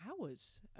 hours